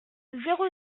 zéro